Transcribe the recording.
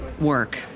work